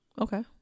okay